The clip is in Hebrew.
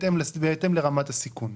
בהתאם לרמת הסיכון.